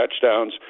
touchdowns